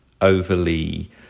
overly